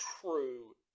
true